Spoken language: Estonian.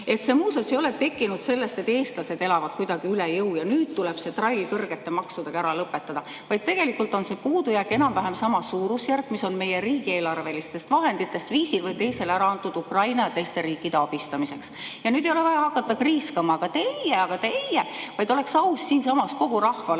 See muuseas ei ole tekkinud sellest, et eestlased elavad kuidagi üle jõu ja nüüd tuleb see trall kõrgete maksudega ära lõpetada. Tegelikult on see puudujääk enam-vähem samas suurusjärgus kui summa, mis on meie riigieelarvelistest vahenditest ühel või teisel viisil ära antud Ukraina ja teiste riikide abistamiseks. Ja nüüd ei ole vaja hakata kriiskama: "Aga teie! Aga teie!", vaid oleks aus siinsamas kogu rahvale